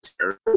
terrible